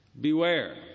beware